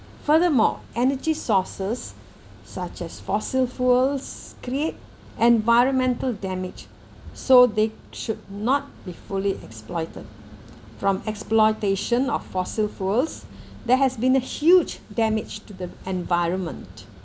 furthermore energy sources such as fossil fuels create environmental damage so they should not be fully exploited from exploitation of fossil fuels there has been a huge damage to the environment